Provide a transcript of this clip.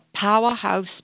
powerhouse